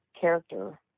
character